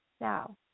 Now